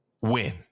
win